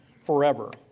forever